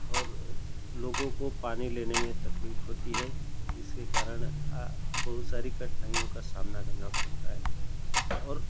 और लोगों को पानी लेने में तकलीफ होती है जिसके कारण बहुत सारी कठिनाइयों का सामना करना पड़ता है और